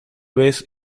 vez